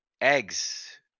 eggs